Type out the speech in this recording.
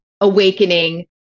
awakening